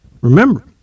remember